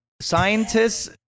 Scientists